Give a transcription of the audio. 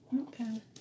Okay